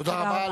תודה רבה.